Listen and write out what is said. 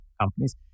companies